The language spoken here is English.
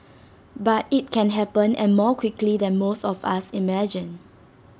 but IT can happen and more quickly than most of us imagine